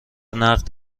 نقد